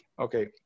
okay